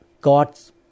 God's